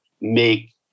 make